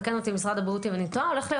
יתקן אותי משרד הבריאות אם אני טועה הולך להיות